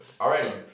Already